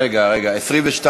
רגע, רגע.